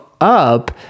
up